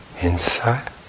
inside